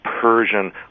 Persian